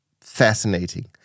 fascinating